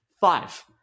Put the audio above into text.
Five